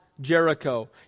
Jericho